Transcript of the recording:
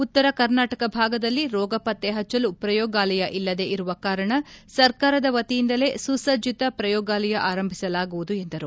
ಉತ್ತರ ಕರ್ನಾಟಕ ಭಾಗದಲ್ಲಿ ರೋಗ ಪತ್ತೆ ಪಜ್ವಲು ಪ್ರಯೋಗಾಲಯ ಇಲ್ಲದೇ ಇರುವ ಕಾರಣ ಸರ್ಕಾರದ ವತಿಯಿಂದಲ್ಲೇ ಸುಸಜ್ಜಿತ ಪ್ರಯೋಗಾಲಯ ಆರಂಭಿಸಲಾಗುವುದು ಎಂದರು